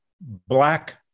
black